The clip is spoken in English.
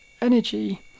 energy